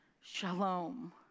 Shalom